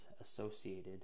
associated